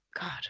god